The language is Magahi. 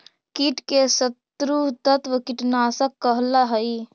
कीट के शत्रु तत्व कीटनाशक कहला हई